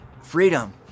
freedom